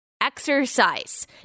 Exercise